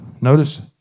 Notice